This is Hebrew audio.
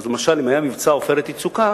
אז למשל אם היה מבצע "עופרת יצוקה",